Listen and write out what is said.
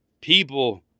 People